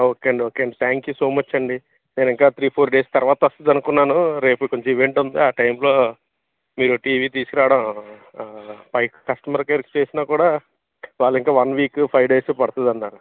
okay అండి okay అండి thank you so much అండి నేను ఇంకా త్రీ ఫోర్ డేస్ తర్వాత వస్తుంది అనుకున్నాను రేపు కొంచెం ఈవెంట్ ఉంది ఆ టైంలో మీరు టీవీ తీసుకురావడం పైకి కస్టమర్ కేర్కి చేసినా కూడా వాళ్ళు ఇంకా వన్ వీక్ ఫైవ్ డేస్ పడుతుందన్నారు